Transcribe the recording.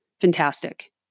fantastic